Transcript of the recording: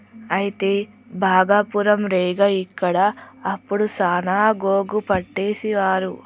అయితే భాగపురం రేగ ఇక్కడ అప్పుడు సాన గోగు పట్టేసేవారు